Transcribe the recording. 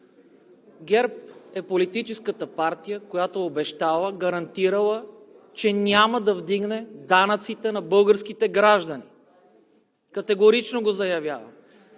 ГЕРБ е политическата партия, която е обещала, гарантирала, че няма да вдигне данъците на българските граждани. Категорично го заявявам!